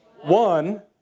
One